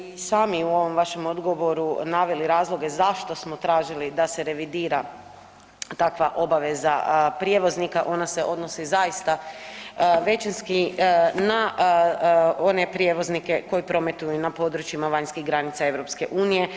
i sami u ovom vašem odgovoru naveli razloge zašto smo tražili da se revidira takva obaveza prijevoznika, ona se odnosi zaista većinski na one prijevoznike koji prometuju na područjima vanjskih granica EU.